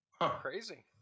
Crazy